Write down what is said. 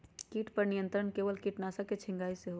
किट पर नियंत्रण केवल किटनाशक के छिंगहाई से होल?